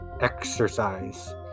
exercise